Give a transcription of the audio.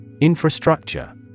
Infrastructure